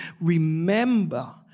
remember